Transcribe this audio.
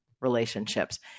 relationships